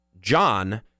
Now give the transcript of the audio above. John